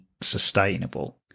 sustainable